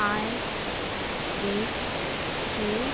I eight two